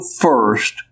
first